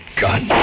gun